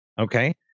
okay